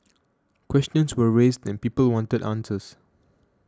questions were raised and people wanted answers